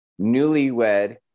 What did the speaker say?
newlywed